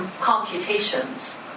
computations